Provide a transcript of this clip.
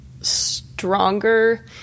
stronger